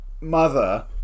mother